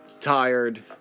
tired